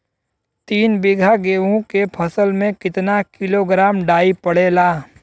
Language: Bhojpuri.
तीन बिघा गेहूँ के फसल मे कितना किलोग्राम डाई पड़ेला?